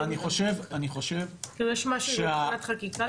אם יש משהו מבחינת חקיקה.